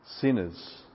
sinners